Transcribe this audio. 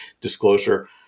disclosure